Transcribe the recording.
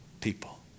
people